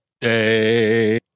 day